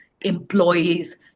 employees